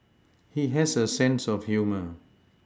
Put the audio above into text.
he has a sense of humour